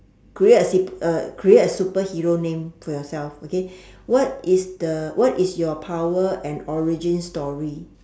create a supe~ uh create a superhero name for yourself okay what is the what is your power and origin story